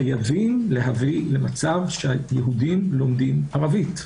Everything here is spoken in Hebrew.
חייבים להביא למצב שהיהודים לומדים ערבית.